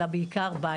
אלא בעיקר בית.